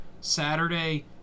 Saturday